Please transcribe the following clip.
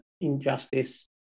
injustice